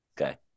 Okay